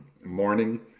morning